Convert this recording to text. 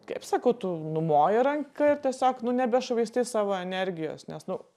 kaip sakau tu numoji ranka ir tiesiog nu nebešvaistai savo energijos nes nu